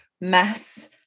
mess